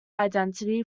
identity